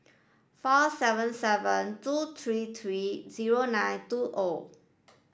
four seven seven two three three zero nine two O